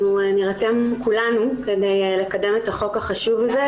אנחנו נירתם כולנו כדי לקדם את החוק החשוב הזה,